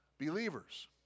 believers